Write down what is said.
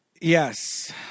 Yes